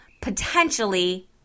potentially